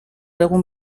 egun